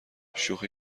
شوخی